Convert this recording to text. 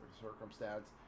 circumstance